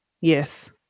yes